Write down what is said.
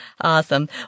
Awesome